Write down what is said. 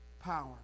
power